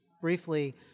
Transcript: briefly